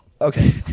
Okay